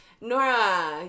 Nora